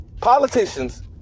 politicians